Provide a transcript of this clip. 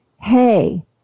hey